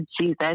Jesus